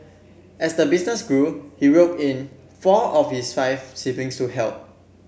as the business grew he roped in four of his five siblings to help